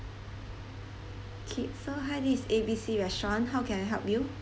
okay so hi this is A B C restaurant how can I help you